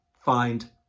find